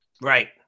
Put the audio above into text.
Right